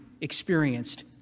experienced